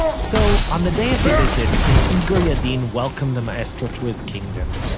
so on the day of the visit, an eager yadin welcomed the maestro to his kingdom,